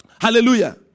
Hallelujah